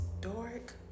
dark